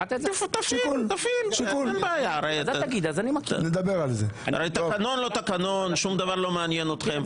תקנון או לא תקנון, שום דבר לא מעניין אתכם.